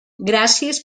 gràcies